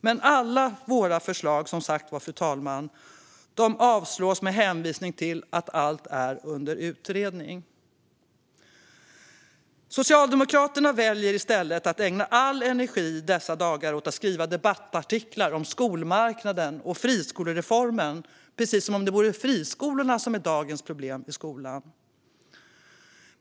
Men alla våra förslag avslås med hänvisning till att allt är under utredning. Socialdemokraterna väljer i stället att lägga all energi dessa dagar på att skriva debattartiklar om skolmarknaden och friskolereformen - precis som om det vore friskolorna som är dagens problem för skolan.